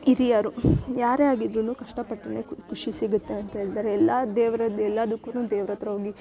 ಹಿರಿಯರು ಯಾರೇ ಆಗಿದ್ರೂನು ಕಷ್ಟಪಟ್ರೇ ಖುಷಿ ಸಿಗುತ್ತೆ ಅಂತೇಳ್ತಾರೆ ಎಲ್ಲ ದೇವ್ರದ್ದು ಎಲ್ಲದಕ್ಕೂನು ದೇವ್ರ ಹತ್ರ ಹೋಗಿ